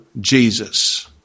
Jesus